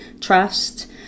trust